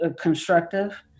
constructive